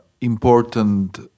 important